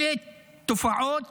אלה תופעות